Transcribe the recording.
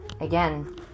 again